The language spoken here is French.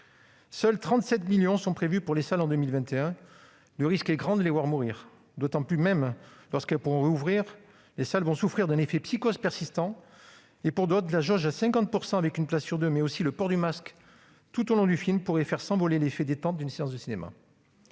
Seuls 37 millions d'euros sont prévus pour les salles en 2021. Le risque est grand de les voir mourir. Même lorsqu'elles pourront rouvrir, les salles vont souffrir d'un effet psychose persistant. La jauge à 50 %, avec une place sur deux, et le port du masque tout au long du film pourrait aussi faire s'envoler l'effet « détente » d'une séance de cinéma.